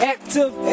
Active